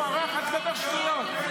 שוחד,